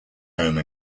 home